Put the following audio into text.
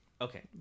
okay